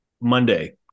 Monday